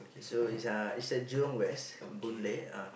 so it's uh it's at Jurong-West Boon-Lay uh